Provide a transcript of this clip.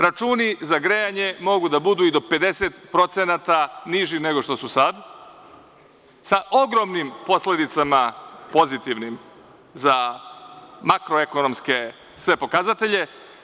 Računi za grejanje mogu da budu i do 50% niži nego što su sad, sa ogromnim posledicama pozitivnim za makroekonomske sve pokazatelje.